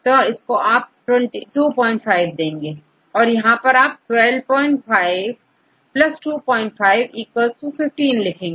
तो इसको आप 25 देंगे और यहां पर आप 12 5 2 515 होगा